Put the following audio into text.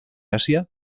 asia